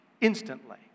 instantly